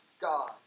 God